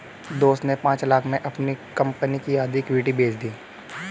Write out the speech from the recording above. दोस्त ने पांच लाख़ में अपनी कंपनी की आधी इक्विटी बेंच दी